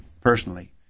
personally